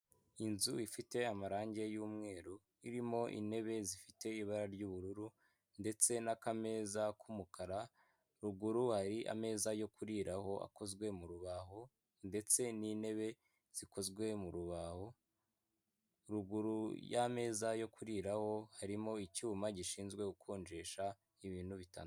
Inzu ifite amarangi y'umweru irimo intebe zifite ibara ry'ubururu ndetse n'akameza k'umukara, ruguru hari ameza yo kuriraho akozwe mu rubaho ndetse n'intebe zikozwe mu rubaho, ruguru y'ameza yo kuriraraho harimo icyuma gishinzwe gukonjesha ibintu bitandukanye.